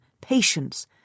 patience